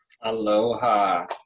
Aloha